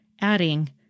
adding